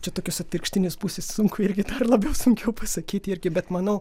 čia tokios atvirkštinės pusės sunku irgi dar labiau sunkiau pasakyti irgi bet manau